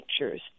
pictures